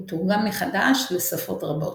הוא תורגם מחדש לשפות רבות.